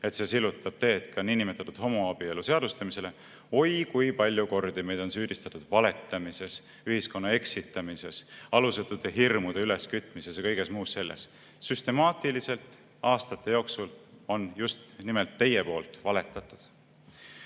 et see sillutab teed ka niinimetatud homoabielu seadustamisele. Oi kui palju kordi meid on süüdistatud valetamises, ühiskonna eksitamises, alusetute hirmude üleskütmises ja kõiges muus sellises! Süstemaatiliselt aastate jooksul olete just nimelt teie valetanud.